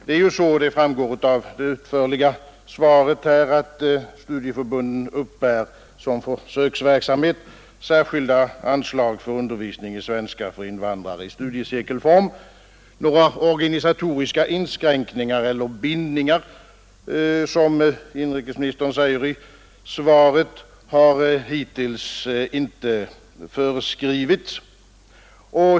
Det är ju så — det framgår av det utförliga svaret —, att studieförbunden uppbär för försöksverksamhet särskilda anslag för undervisning i svenska i studiecirkelform för invandrare. Några organisatoriska inskränkningar eller bindningar av det slag som inrikesministern talar om i svaret har hittills inte föreskrivits.